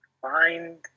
find